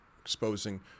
exposing